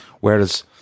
Whereas